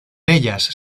ellas